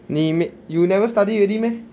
你没 you never study already meh